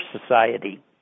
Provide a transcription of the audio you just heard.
society